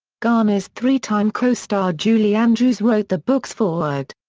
garner's three-time co-star julie andrews wrote the book's foreword.